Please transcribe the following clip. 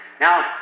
Now